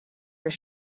your